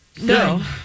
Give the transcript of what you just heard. No